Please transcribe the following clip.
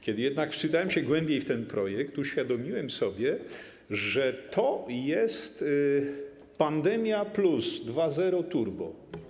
Kiedy jednak wczytałem się głębiej w ten projekt, uświadomiłem sobie, że to jest pandemia+, 2.0, turbo.